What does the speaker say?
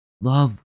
love